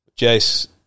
Jace